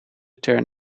turn